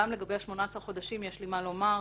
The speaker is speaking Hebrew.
גם לגבי 18 חודשים יש לי מה לומר,